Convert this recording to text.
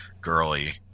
girly